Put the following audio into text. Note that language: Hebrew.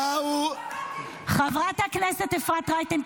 אחד לא סופר אותו --- חברת הכנסת רייטן,